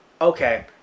okay